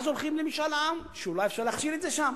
אז הולכים למשאל עם ואולי אפשר להכשיר את זה שם.